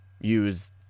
use